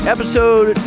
Episode